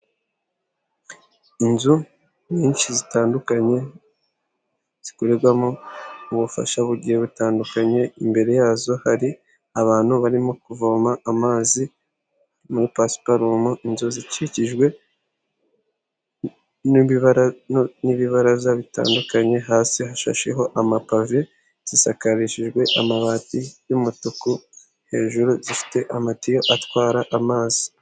Inzu nyinshi zitandukanye zikorerwamo ubufasha bugiye butandukanye, imbere yazo hari abantu barimo kuvoma amazi muri pasiparumu, inzu zikikijwe n'ibibaraza bitandukanye, hasi hashasheho amapave zisakarishijwe amabati y'umutuku hejuru zifite amatiyo atwara amazi.